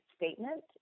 statement